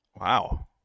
Wow